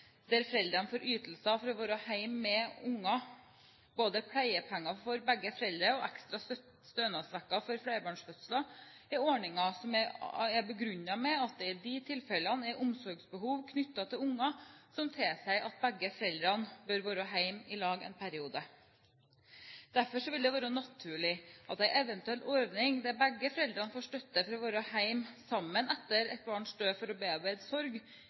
der foreldrene får ytelser for å være hjemme med barn. Både pleiepenger for begge foreldre og ekstra stønadsuker for flerbarnsfødsler er ordninger som er begrunnet med at det i disse tilfellene er omsorgsbehov knyttet til barn som tilsier at begge foreldre bør være hjemme sammen en periode. Derfor vil det være naturlig at en eventuell ordning der begge foreldre får støtte for å være hjemme sammen etter et barns død for å bearbeide